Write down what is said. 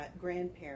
grandparents